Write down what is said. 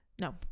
No